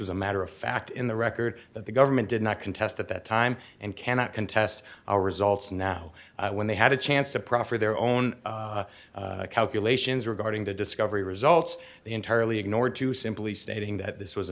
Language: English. was a matter of fact in the record that the government did not contest at that time and cannot contest the results now when they had a chance to proffer their own calculations regarding the discovery results they entirely ignored to simply stating that this was a